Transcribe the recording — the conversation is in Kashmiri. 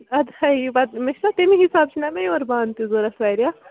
اَدٕ ہَے پتہٕ مےٚ چھِنا تَمی حِساب چھُنا مےٚ یورٕ بانہٕ تہِ ضروٗرت وارِیاہ